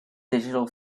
digital